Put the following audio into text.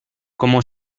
como